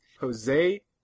Jose